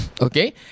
Okay